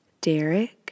Derek